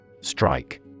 Strike